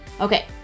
Okay